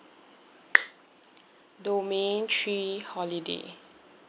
domain three holiday